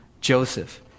Joseph